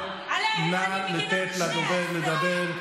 נא לתת לדובר לדבר,